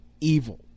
evil